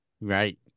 Right